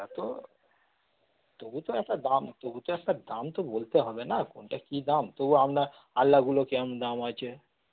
এতো তবু তো একটা দাম তবু তো একটা দাম তো বলতে হবে না কোনটা কী দাম তবু আপনার আলনাগুলো কেমন দাম আছে